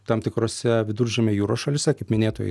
tam tikrose viduržemio jūros šalyse kaip minėtoj